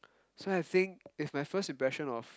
so I think if my first impression of